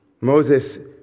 Moses